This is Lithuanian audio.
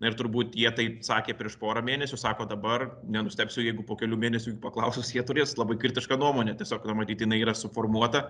na ir turbūt jie tai sakė prieš porą mėnesių sako dabar nenustebsiu jeigu po kelių mėnesių jų paklausus jie turės labai kritišką nuomonę tiesiog na matyt jinai yra suformuota